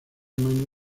mano